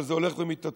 אבל זה הולך ומתעצם: